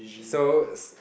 so it's